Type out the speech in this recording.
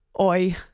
Oi